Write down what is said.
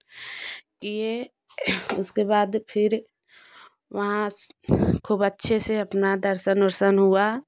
किए उसके बाद फिर वहाँ खूब अच्छे से अपना दर्शन वर्शन हुआ